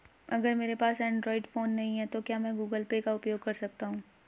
अगर मेरे पास एंड्रॉइड फोन नहीं है तो क्या मैं गूगल पे का उपयोग कर सकता हूं?